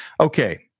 Okay